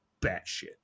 batshit